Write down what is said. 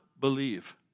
believe